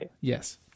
Yes